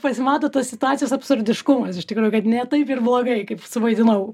pasimato tos situacijos absurdiškumas iš tikrųjų kad ne taip ir blogai kaip suvaidinau